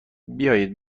بیایید